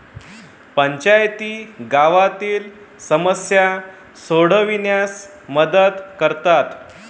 पंचायती गावातील समस्या सोडविण्यास मदत करतात